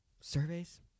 surveys